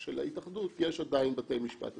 של ההתאחדות יש עדיין בתי משפט אזרחיים.